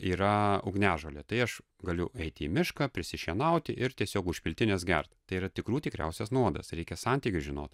yra ugniažolė tai aš galiu eiti į mišką prisišienauti ir tiesiog užpiltines gert tai yra tikrų tikriausias nuodas reikia santykius žinot